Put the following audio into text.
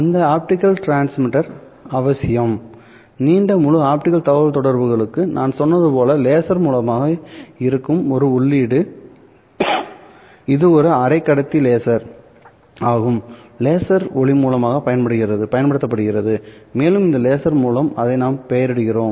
இந்த optical transmitter அவசியம் நீண்ட முழு ஆப்டிகல் தகவல்தொடர்புக்கு நான் சொன்னது போல லேசர் மூலமாக இருக்கும் ஒரு உள்ளீடு இது ஒரு அரை கடத்தி லேசர் ஆகும் இது ஒளி மூலமாகப் பயன்படுத்தப்படுகிறது மேலும் இந்த லேசர் மூலம் அதை நாம் பெயரிடுகிறோம்